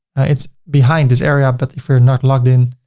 it's behind this area, but if you're not logged in,